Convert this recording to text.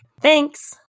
Thanks